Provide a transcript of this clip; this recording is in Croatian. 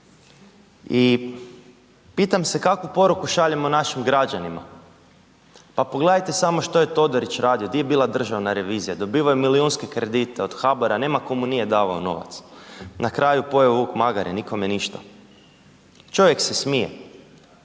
i pitam se kakvu poruku šaljemo našim građanima, pa pogledajte samo što je Todorić radio, di je bila državna revizija, dobivao je milijunske kredite od HBOR-a, nema tko mu nije davao novac na kraju pojeo vuk magare, nikome ništa, čovjek se smije.